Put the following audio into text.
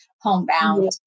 homebound